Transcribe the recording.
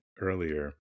earlier